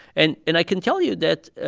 and and i can tell you that